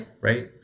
right